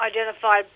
identified